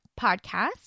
Podcast